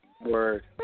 Word